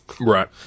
Right